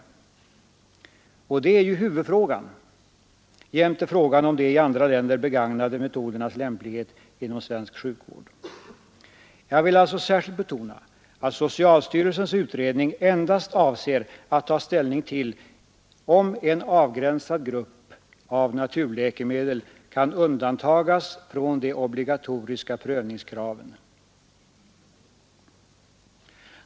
Och det är ju huvudfrågan jämte frågan om de i andra länder begagnade metodernas lämplighet inom svensk sjukvård. Jag vill alltså särskilt betona att socialstyrelsens utredning endast avser att ta ställning till om en avgränsad grupp av naturläkemedel kan undantagas från de obligatoriska prövningskraven.